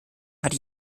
hat